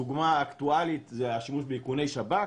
דוגמה אקטואלית זה השימוש באיכוני שב"כ,